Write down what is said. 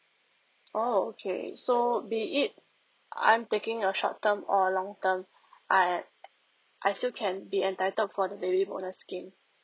oh okay so be it I'm taking a short term or long term I I still can be entitled for the baby bonus scheme